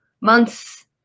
months